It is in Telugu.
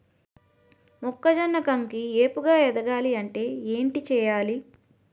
మొక్కజొన్న కంకి ఏపుగ ఎదగాలి అంటే ఏంటి చేయాలి?